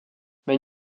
mais